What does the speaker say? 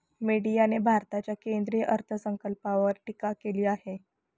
मीडियाने भारताच्या केंद्रीय अर्थसंकल्पावर टीका केली आहे